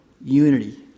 unity